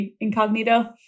incognito